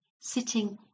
Sitting